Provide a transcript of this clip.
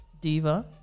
Diva